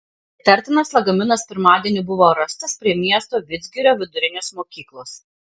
įtartinas lagaminas pirmadienį buvo rastas prie miesto vidzgirio vidurinės mokyklos